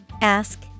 Ask